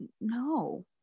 no